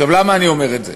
למה אני אומר את זה?